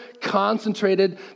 concentrated